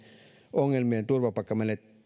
ongelmia turvapaikkamenettelyssä